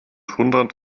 hundert